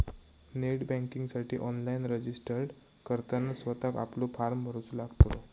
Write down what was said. net बँकिंगसाठी online registered करताना स्वतःक आपलो फॉर्म भरूचो लागतलो